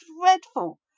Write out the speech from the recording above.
dreadful